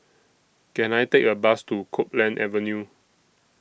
Can I Take A Bus to Copeland Avenue